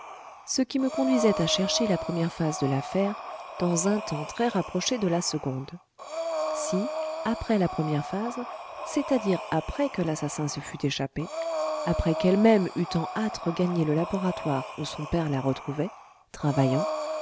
ce qui me conduisait à chercher la première phase de l'affaire dans un temps très rapproché de la seconde si après la première phase c'est-à-dire après que l'assassin se fût échappé après qu'elle-même eût en hâte regagné le laboratoire où son père la retrouvait travaillant